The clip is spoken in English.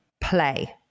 play